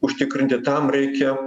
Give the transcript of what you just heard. užtikrinti tam reikia